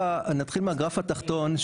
נתחיל מהגרף התחתון,